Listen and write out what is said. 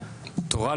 תורה,